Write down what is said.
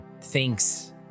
thinks